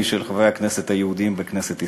של חברי הכנסת היהודים בכנסת ישראל.